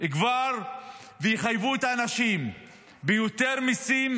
וכבר יחייבו את האנשים ביותר מיסים,